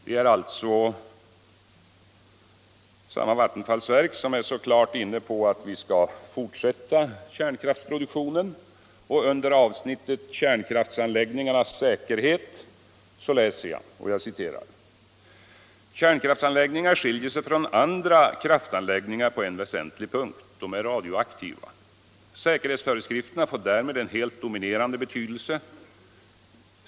Det är alltså samma vattenfallsverk som är så klart inriktat på att vi skall fortsätta kärnkraftsproduktionen. Under avsnittet Kärnkraftanläggningarnas säkerhet läser jag: ”Kärnkraftanläggningar skiljer sig från andra kraftanläggningar på en väsentlig punkt. De är radioaktiva. Säkerhetsföreskrifterna får därmed en helt dominerande betydelse.